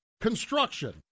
construction